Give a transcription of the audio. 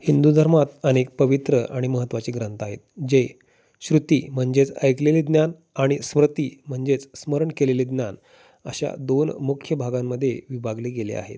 हिंदू धर्मात अनेक पवित्र आणि महत्त्वाचे ग्रंथ आहेत जे श्रुती म्हणजेच ऐकलेले ज्ञान आणि स्मृती म्हणजेच स्मरण केलेले ज्ञान अशा दोन मुख्य भागांमध्ये विभागले गेले आहेत